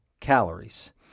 calories